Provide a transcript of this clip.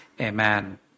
amen